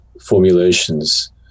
formulations